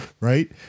right